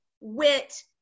wit